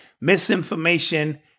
misinformation